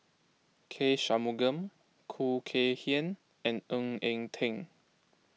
K Shanmugam Khoo Kay Hian and Ng Eng Teng